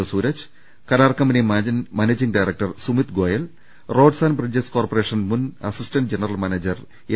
O Sooraj കരാർ company managing director Sumit Goyal roads and bridges corporation മുൻ assistant general manager M